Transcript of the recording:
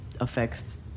affects